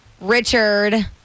Richard